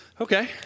okay